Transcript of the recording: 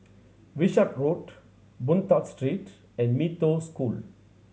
Wishart Road Boon Tat Street and Mee Toh School